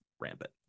rampant